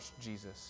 Jesus